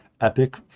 epic